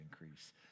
increase